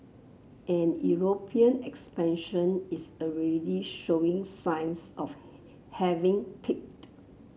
and European expansion is already showing signs of having peaked